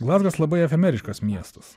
glazgas labai efemeriškas miestas